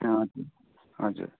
हजुर हजुर